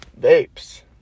Vapes